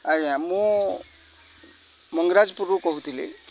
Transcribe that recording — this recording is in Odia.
ଆଜ୍ଞା ମୁଁ ମଙ୍ଗରାଜପୁରରୁ କହୁଥିଲି